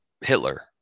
Hitler